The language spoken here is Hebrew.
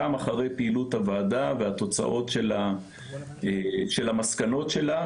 גם אחרי פעילות הוועדה והתוצאות של המסקנות שלה,